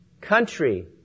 country